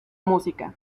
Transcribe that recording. música